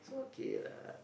it's okay lah